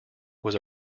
was